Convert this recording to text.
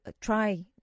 try